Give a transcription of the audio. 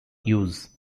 use